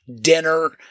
dinner